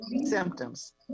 symptoms